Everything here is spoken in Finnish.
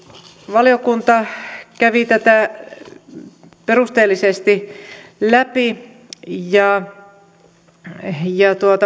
valiokunta kävi tätä perusteellisesti läpi ja ja